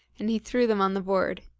and he threw them on the board.